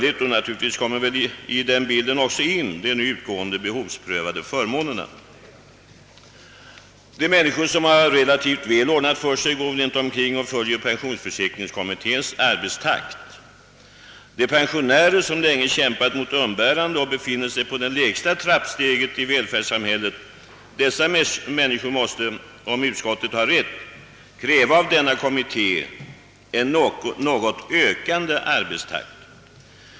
I den bilden kommer väl de nu utgående behovsprövade förmånerna in. De människor som har sitt liv relativt välordnat följer inte pensionsförsäkringskommitténs arbetstakt. De pensionärer som länge kämpat mot umbäranden och befinner sig på det lägsta trappsteget i välfärdssamhället, dessa människor måste nu, om utskottet har rätt, kräva av denna kommitté en något ökande arbetstakt.